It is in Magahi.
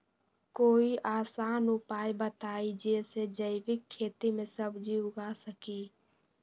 कोई आसान उपाय बताइ जे से जैविक खेती में सब्जी उगा सकीं?